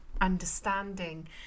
understanding